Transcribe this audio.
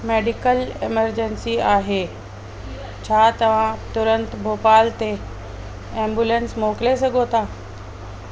medical emergency आहे छा तव्हां तुरंत भोपाल ते एंबुलेंस मोकिली सघो था